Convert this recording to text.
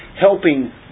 helping